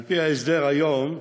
על-פי ההסדר היום בפקודה,